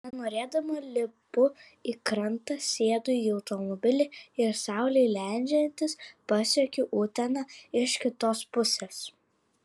nenorėdama lipu į krantą sėdu į automobilį ir saulei leidžiantis pasiekiu uteną iš kitos pusės